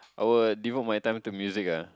I will devote my time to music ah